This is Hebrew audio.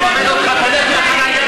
אבל אני מכבד אותך: תלך לחניה,